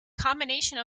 combination